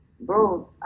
Bro